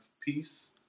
peace